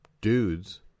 dudes